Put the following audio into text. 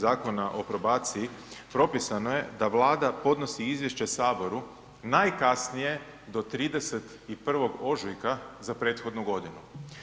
Zakona o probaciji propisano je da Vlada podnosi izvješće saboru najkasnije do 31. ožujka za prethodnu godinu.